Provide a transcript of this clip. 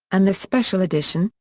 and the special edition,